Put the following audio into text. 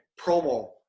Promo